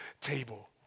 table